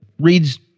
reads